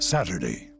Saturday